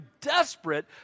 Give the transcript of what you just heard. desperate